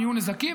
יהיו נזקים,